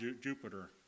Jupiter